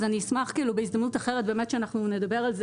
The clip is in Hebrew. אבל אני אשמח בהזדמנות אחרת לדבר על זה